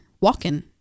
walking